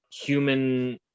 human